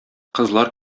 кызлар